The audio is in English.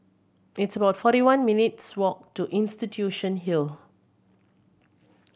it's about forty one minutes' walk to Institution Hill